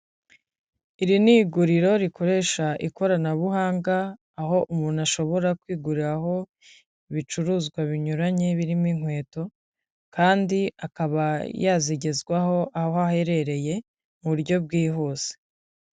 Iri ni iguriro rikoresha ikoranabuhanga, aho umuntu ashobora kwiguriraho ibicuruzwa binyuranye birimo inkweto, kandi akaba yazigezwaho aho aherereye, mu buryo bwihuse.